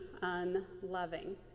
unloving